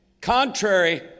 Contrary